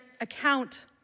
account